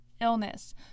illness